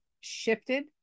shifted